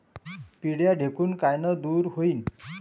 पिढ्या ढेकूण कायनं दूर होईन?